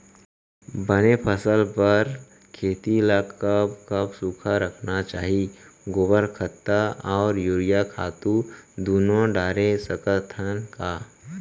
बने फसल बर खेती ल कब कब सूखा रखना चाही, गोबर खत्ता और यूरिया खातू दूनो डारे सकथन का?